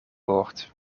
woord